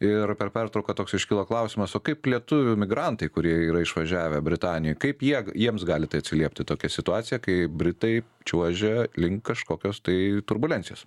ir per pertrauką toks iškilo klausimas o kaip lietuvių emigrantai kurie yra išvažiavę britanijoje kaip jie jiems gali tai atsiliepti tokią situaciją kai britai čiuožia link kažkokios tai turbulencijos